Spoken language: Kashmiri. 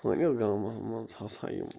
سٲنس گامس منٛز ہسا یِم